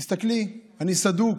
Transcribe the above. תסתכלי, אני סדוק.